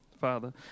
Father